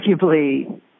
Arguably